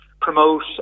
promote